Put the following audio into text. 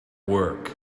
work